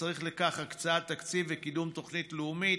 וצריך לכך הקצאת תקציב וקידום תוכנית לאומית,